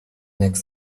makes